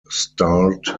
starred